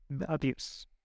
abuse